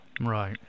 Right